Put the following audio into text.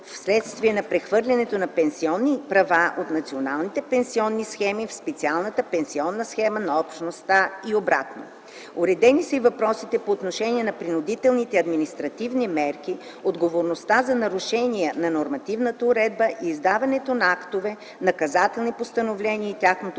вследствие на прехвърлянето на пенсионни права от националните пенсионни схеми в специалната пенсионна схема на Общността и обратно. Уредени са и въпросите по отношение на принудителните административни мерки, отговорността за нарушения на нормативната уредба и издаването на актове, наказателни постановления и тяхното